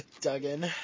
Duggan